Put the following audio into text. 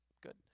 good